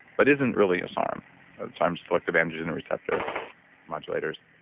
but isn't really a sarm sarm selective androgen receptor modulators.